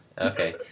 okay